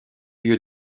lieu